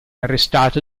arrestato